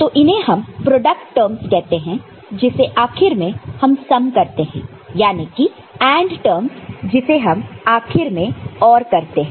तो इन्हें हम प्रोडक्ट टर्मस कहते हैं जिसे आखिर में हम सम करते हैं याने की AND टर्मस जिसे हम आखिर में OR करते हैं